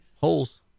Holes